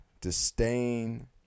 disdain